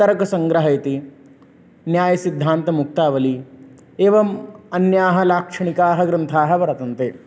तर्कसङ्ग्रहः इति न्यायसिद्धान्तमुक्तावली एवम् अन्ये लाक्षणिकाः ग्रन्थाः वर्तन्ते